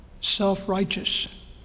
self-righteous